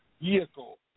vehicle